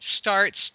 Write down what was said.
starts